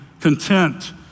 content